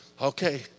okay